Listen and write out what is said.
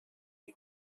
you